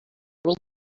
will